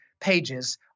pages